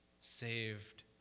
saved